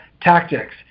tactics